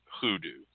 hoodoo